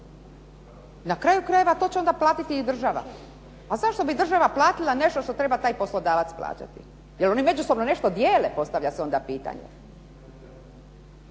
Na kraju krajeva, to će onda platiti i država. A zašto bi država platila nešto što treba taj poslodavac plaćati? Je li oni međusobno nešto dijelu, postavlja se onda pitanje.